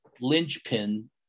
linchpin